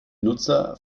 nutzer